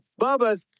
Bubba